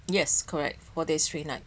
yes correct four days three nights